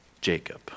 Jacob